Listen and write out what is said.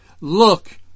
Look